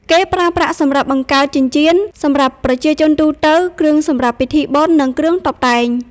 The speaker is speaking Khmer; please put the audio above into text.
គេប្រើប្រាក់សម្រាប់បង្កើតចិញ្ចៀនសម្រាប់ប្រជាជនទូទៅ គ្រឿងសម្រាប់ពិធីបុណ្យ និងគ្រឿងតុបតែង។